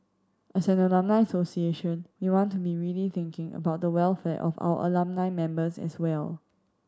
as an alumni association we want to be really thinking about the welfare of our alumni members as well